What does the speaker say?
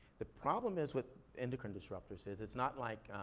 the problem is with endocrine disruptors is, it's not like,